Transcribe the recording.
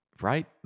Right